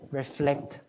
reflect